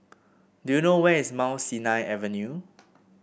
do you know where is Mount Sinai Avenue